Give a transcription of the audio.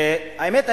האמת,